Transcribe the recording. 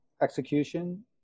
execution